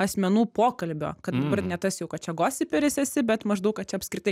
asmenų pokalbio kad dabar ne tas jau kad čia gosiperis esi bet maždaug kad čia apskritai